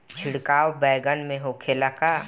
छिड़काव बैगन में होखे ला का?